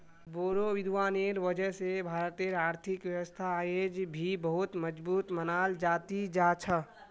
बोड़ो विद्वानेर वजह स भारतेर आर्थिक व्यवस्था अयेज भी बहुत मजबूत मनाल जा ती जा छ